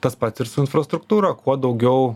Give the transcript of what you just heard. tas pat ir su infrastruktūra kuo daugiau